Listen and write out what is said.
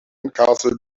castle